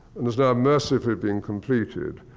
and is now mercifully being completed,